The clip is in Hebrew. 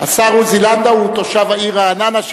השר עוזי לנדאו תושב העיר רעננה,